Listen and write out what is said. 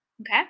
Okay